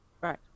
Right